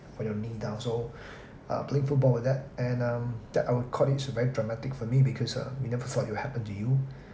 from your knee down so uh playing football with that and um that would call it very dramatic for me because uh you never thought it will happen to you